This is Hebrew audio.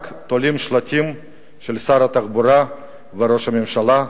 רק תולה שלטים של שר התחבורה וראש הממשלה.